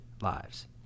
lives